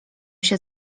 się